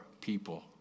people